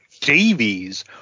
Davies